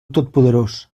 totpoderós